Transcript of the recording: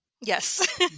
Yes